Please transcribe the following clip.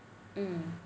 hmm